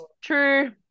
true